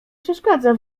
przeszkadza